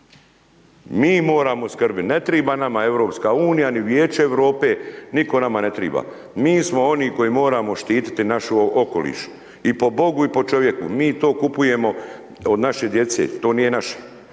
Mi moramo skrbiti, ne treba nama EU ni Vijeće Europe, nitko nama ne treba, mi smo oni koji moramo štititi naš okoliš i po Bogu i po čovjeku, mi to kupujemo od naše djece, to nije naše.